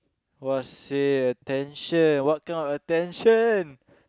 !wahseh! attention what kind of attention